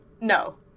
No